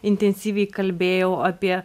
intensyviai kalbėjau apie